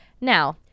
Now